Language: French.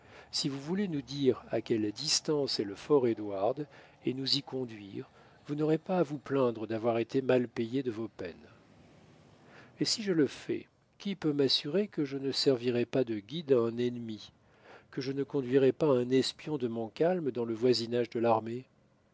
si vous voulez nous dire à quelle distance est le fort édouard et nous y conduire vous n'aurez pas à vous plaindre d'avoir été mal payé de vos peines et si je le fais qui peut m'assurer que je ne servirai pas de guide à un ennemi que je ne conduirai pas un espion de montcalm dans le voisinage de l'armée